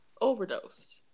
overdosed